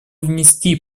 внести